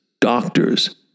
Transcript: doctors